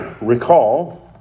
recall